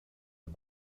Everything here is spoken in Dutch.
het